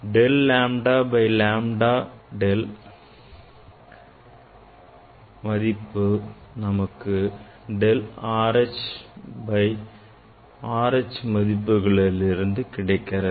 del lambda by lambda del lambda by lambda மதிப்பு நமக்கு del R H by R H மதிப்புகளிலிருந்து கிடைக்கிறது